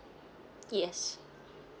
yes